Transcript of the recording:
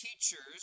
teachers